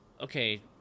Okay